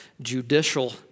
judicial